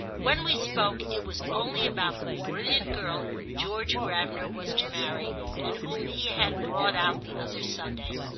when we spoke it was only about the brilliant girl george gravener was to marry and whom he had brought out the other sunday.